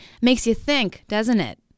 makes-you-think-doesn't-it